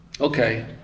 okay